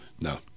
No